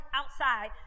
outside